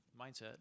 mindset